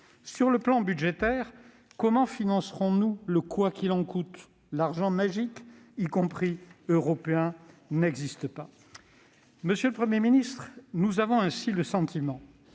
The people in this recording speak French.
Sur le plan budgétaire, comment financerons-nous le « quoi qu'il en coûte »? L'argent magique, y compris européen, n'existe pas. Monsieur le Premier ministre, nous avons le sentiment